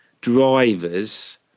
drivers